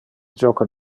joco